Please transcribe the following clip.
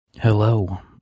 Hello